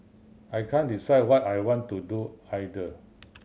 I can't decide what I want to do either